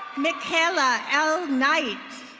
mikayla l knight.